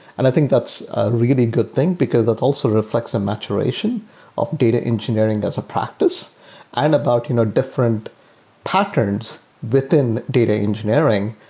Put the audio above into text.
and i think that's a really good thing, because that also reflects the maturation of data engineering that's a practice and about you know different patterns within data engineering,